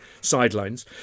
sidelines